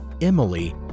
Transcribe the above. Emily